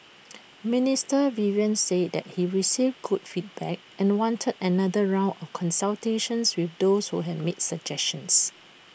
Minister Vivian said that he received good feedback and wanted another round of consultations with those who had made suggestions